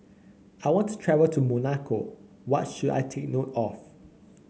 I want to travel to Monaco what should I take note of